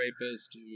rapist